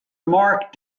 mark